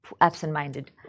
absent-minded